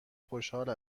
خوشحال